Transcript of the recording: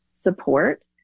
support